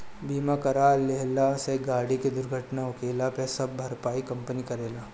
बीमा करा लेहला से गाड़ी के दुर्घटना होखला पे सब भरपाई कंपनी करेला